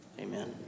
amen